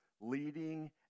leading